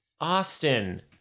Austin